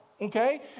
okay